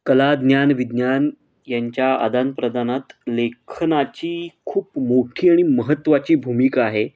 कला ज्ञान विज्ञान यांच्या आदानप्रदानात लेखनाची खूप मोठी आणि महत्त्वाची भूमिका आहे